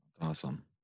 Awesome